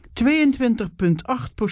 22,8%